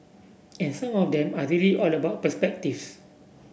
and some of them are really all about perspectives